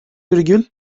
virgül